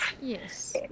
Yes